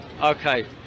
Okay